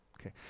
Okay